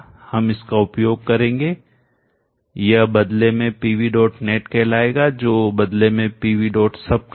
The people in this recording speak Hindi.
हम इसका उपयोग करेंगे यह बदले में pvnet कहलाएगा जो बदले में pvsub कहेगा